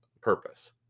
purpose